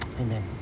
Amen